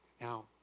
Now